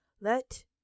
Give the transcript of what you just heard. Let